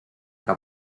que